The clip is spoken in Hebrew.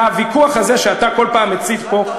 והוויכוח הזה שאתה כל פעם מציף פה,